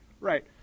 Right